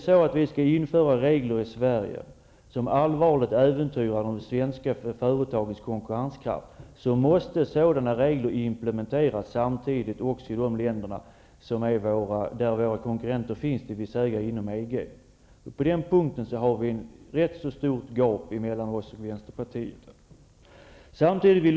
Skall vi i Sverige införa regler som allvarligt äventyrar de svenska företagens konkurrenskraft, måste sådana regler samtidigt implementeras även i de länder där våra konkurrenter finns, dvs. inom EG. På den punkten finns det ett rätt så stort gap mellan oss i Ny Demokrati och vänsterpartiet.